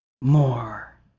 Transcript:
more